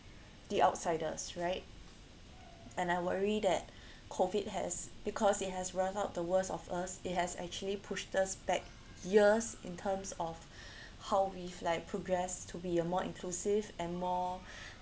the outsiders right and I worry that COVID has because it has brought out the worst of us it has actually pushed us back years in terms of how we like progress to be a more inclusive and more